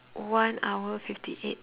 one hour fifty eight